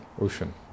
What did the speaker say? ocean